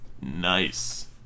Nice